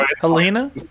Helena